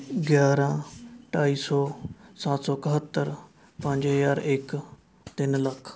ਗਿਆਰਾਂ ਢਾਈ ਸੌ ਸੱਤ ਸੌ ਇਕਹੱਤਰ ਪੰਜ ਹਜ਼ਾਰ ਇੱਕ ਤਿੰਨ ਲੱਖ